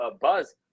buzz